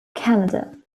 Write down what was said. canada